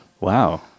wow